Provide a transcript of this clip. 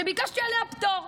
שביקשתי עליה פטור,